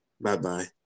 Bye-bye